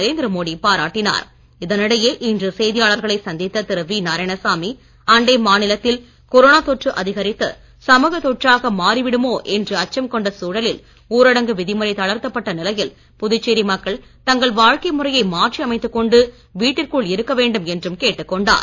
நரேந்திர மோடி பாராட்டினார் இதனிடையே இன்று செய்தியாளர்களை சந்தித்த திரு வி நாராயணசாமி அண்டை மாநிலத்தில் கொரோனா தொற்று அதிகரித்து சமூக தொற்றாக மாறிவிடுமோ என்று அச்சம் கொண்ட சூழலில் ஊரடங்கு விதிமுறை தளர்த்தப்பட்ட நிலையில் புதுச்சேரி மக்கள் தங்கள் வாழ்க்கை முறையை மாற்றி அமைத்துக் கொண்டு வீட்டிற்குள் இருக்க வேண்டும் என்றும் கேட்டுக் கொண்டார்